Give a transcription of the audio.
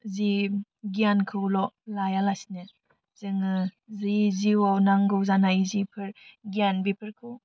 जि गियानखौल' लायालासिनो जोङो जि जिवाव नांगौ जानाय जिफोर गियान बेफोरखौ